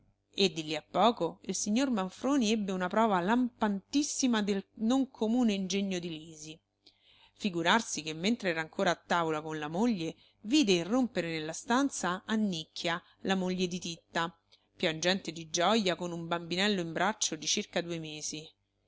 e di lì a poco il signor manfroni ebbe una prova lampantissima del non comune ingegno di lisi figurarsi che mentre era ancora a tavola con la moglie vide irrompere nella stanza annicchia la moglie di titta piangente di gioja con un bambinello in braccio di circa due mesi